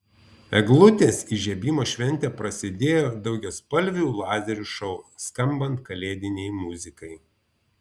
eglutės įžiebimo šventė prasidėjo daugiaspalvių lazerių šou skambant kalėdinei muzikai